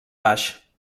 baix